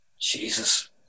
Jesus